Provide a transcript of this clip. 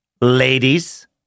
ladies